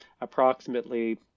approximately